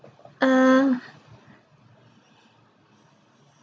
uh